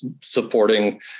supporting